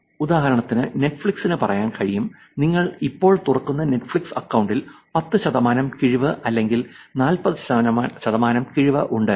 ഉദാഹരണത്തിന് നെറ്റ്ഫ്ലിക്സ് ന് പറയാൻ കഴിയും നിങ്ങൾ ഇപ്പോൾ തുറക്കുന്ന നെറ്റ്ഫ്ലെക്സ് അക്കൌണ്ടിൽ 10 ശതമാനം കിഴിവ് അല്ലെങ്കിൽ നിങ്ങൾ ഇപ്പോൾ അക്കൌണ്ട് തുറക്കുകയാണെങ്കിൽ അടുത്ത 6 മാസത്തേക്ക് 40 ശതമാനം കിഴിവ് ഉണ്ട് എന്ന്